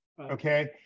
Okay